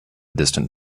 distant